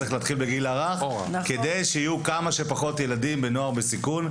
זה צריך להתחיל בגיל הרך כדי שיהיו כמה שפחות ילדים ונוער בסיכון.